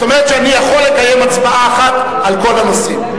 זאת אומרת שאני יכול לקיים הצבעה אחת על כל הנושאים,